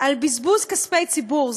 על בזבוז כספי ציבור,